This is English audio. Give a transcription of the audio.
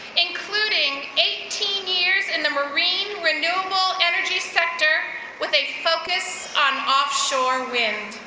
including eighteen years in the marine renewable energy sector with a focus on offshore wind.